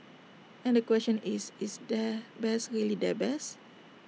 and the question is is their best really their best